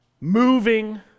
moving